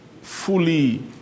fully